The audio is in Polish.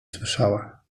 słyszała